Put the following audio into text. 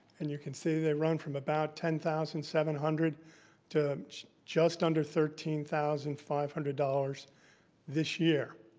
and you can see they run from about ten thousand seven hundred to just under thirteen thousand five hundred dollars this year.